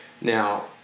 Now